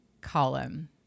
column